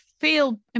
feel